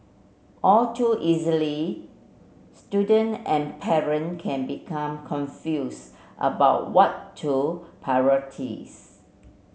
all too easily student and parent can become confuse about what to